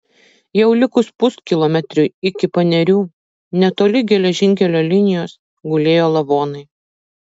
jau likus puskilometriui iki panerių netoli geležinkelio linijos gulėjo lavonai